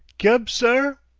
kebsir?